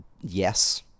yes